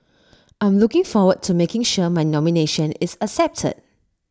I'm looking forward to making sure my nomination is accepted